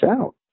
out